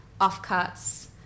offcuts